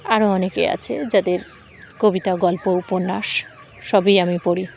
আরো অনেকে আছে যাদের কবিতা গল্প উপন্যাস সবই আমি পড়ি